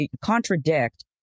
contradict